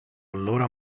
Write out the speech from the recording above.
allora